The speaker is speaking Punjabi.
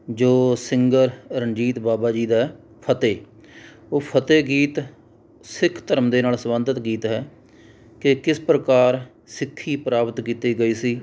ਜੋ ਸਿੰਗਰ ਰਣਜੀਤ ਬਾਵਾ ਜੀ ਦਾ ਫਤਿਹ ਉਹ ਫਤਿਹ ਗੀਤ ਸਿੱਖ ਧਰਮ ਦੇ ਨਾਲ਼ ਸੰਬੰਧਿਤ ਗੀਤ ਹੈ ਕਿ ਕਿਸ ਪ੍ਰਕਾਰ ਸਿੱਖੀ ਪ੍ਰਾਪਤ ਕੀਤੀ ਗਈ ਸੀ